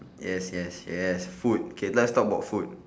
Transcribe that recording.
yes yes yes food K let's talk about food